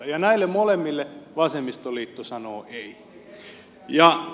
ja näille molemmille vasemmistoliitto sanoo ei